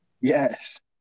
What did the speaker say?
Yes